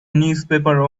newspaper